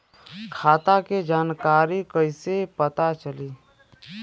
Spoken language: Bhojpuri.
खाता के जानकारी कइसे पता चली?